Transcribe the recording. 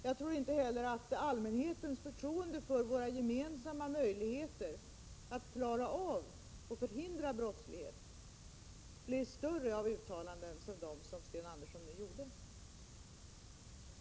Jag tror inte heller att allmänhetens förtroende för våra gemensamma möjligheter att bekämpa och förhindra brottslighet blir större av uttalanden som de Sten Andersson i Malmö nu gjorde.